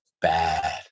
bad